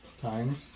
Times